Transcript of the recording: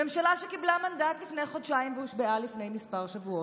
ממשלה שקיבלה מנדט לפני חודשיים והושבעה לפני כמה שבועות,